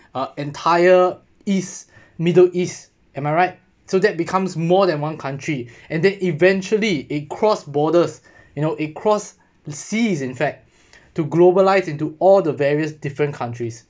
uh entire east middle east am I right so that becomes more than one country and then eventually it cross borders you know it cross the seas in fact to globalize into all the various different countries